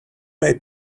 way